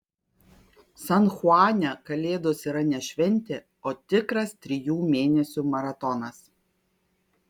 san chuane kalėdos yra ne šventė o tikras trijų mėnesių maratonas